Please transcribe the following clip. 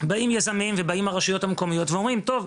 באים יזמים ובאים רשויות מקומיות ואומרים טוב,